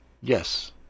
Yes